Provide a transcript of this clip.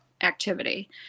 activity